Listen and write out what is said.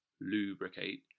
Lubricate